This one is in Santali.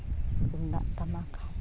ᱛᱩᱢᱫᱟᱜ ᱴᱟᱢᱟᱠ